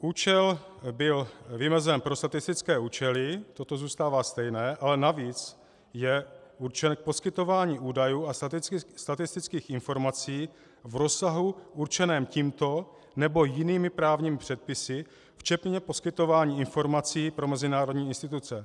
Účel byl vymezen pro statistické účely, toto zůstává stejné, ale navíc je určen k poskytování údajů a statistických informací v rozsahu určeném tímto nebo jinými právními předpisy včetně poskytování informací pro mezinárodní instituce.